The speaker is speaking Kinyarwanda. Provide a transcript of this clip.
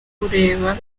kureba